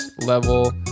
level